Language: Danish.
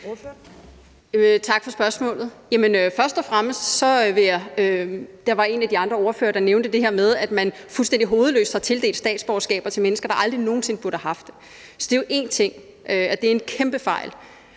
Tak for spørgsmålet. En af de andre ordførere nævnte det her med, at man fuldstændig hovedløst har tildelt statsborgerskaber til mennesker, der aldrig nogen sinde burde have haft det. Så det er jo en ting, og det er en kæmpe fejl.